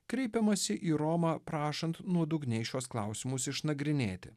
kreipimąsi į romą prašant nuodugniai šiuos klausimus išnagrinėti